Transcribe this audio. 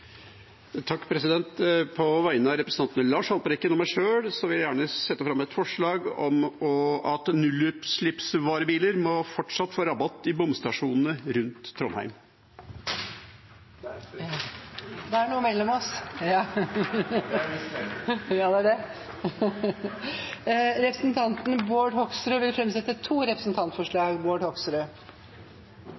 På vegne av representanten Lars Haltbrekken og meg sjøl vil jeg gjerne sette fram et forslag om at nullutslippsvarebiler fortsatt må få rabatt i bomstasjonene rundt Trondheim.